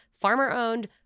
farmer-owned